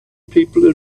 people